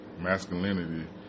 masculinity